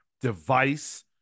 device